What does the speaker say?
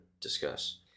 discuss